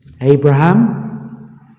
Abraham